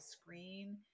screen